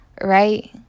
Right